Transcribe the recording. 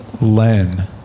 Len